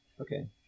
Okay